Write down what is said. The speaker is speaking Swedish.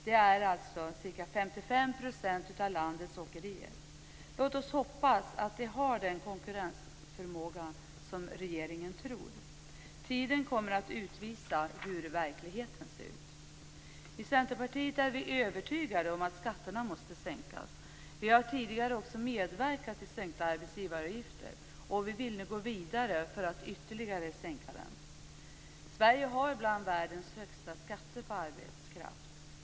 Det är alltså ca 55 % av landets åkerier. Låt oss hoppas att de har den konkurrensförmåga som regeringen tror. Tiden kommer att utvisa hur verkligheten ser ut. I Centerpartiet är vi övertygade om att skatterna måste sänkas. Vi har tidigare också medverkat till sänkta arbetsgivaravgifter, och vi vill nu gå vidare för att ytterligare sänka dem. Sverige har en av världens högsta skatter på arbetskraft.